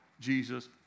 Jesus